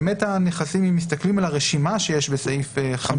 אם באמת מסתכלים על הרשימה של הנכסים שיש בסעיף 50,